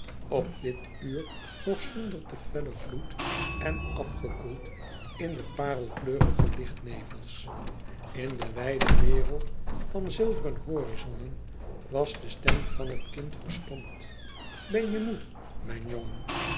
op dit uur nog zonder te fellen gloed en afgekoeld in de parelkleurige lichtnevels in de wijde wereld van zilveren horizonnen was de stem van het kind verstomd ben je moê mijn jongen